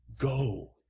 go